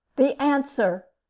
the answer!